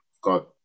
got